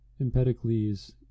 Empedocles